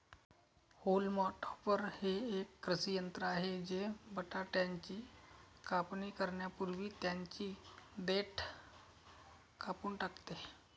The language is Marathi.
होल्म टॉपर हे एक कृषी यंत्र आहे जे बटाट्याची कापणी करण्यापूर्वी त्यांची देठ कापून टाकते